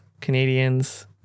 Canadians